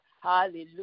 Hallelujah